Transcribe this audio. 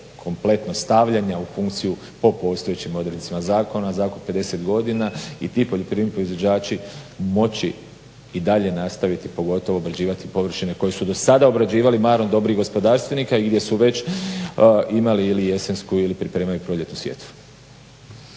kompletno stavljanja u funkciju po postojećim odredbama zakona, za oko 50 godina i ti poljoprivredni proizvođači moći i dalje nastaviti, pogotovo obrađivati površine koje se do sada obrađivali …/Govornik se ne razumije./… dobrih gospodarstvenika i gdje su već imali ili jesensku ili pripremaju proljetnu sjetvu.